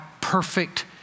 perfect